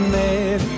made